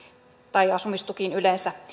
tai asumistukiin yleensä